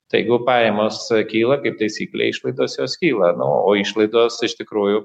tai jeigu pajamos kyla kaip taisyklė išlaidos jos kyla nu o išlaidos iš tikrųjų